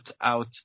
out